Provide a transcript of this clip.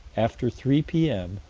after three p m,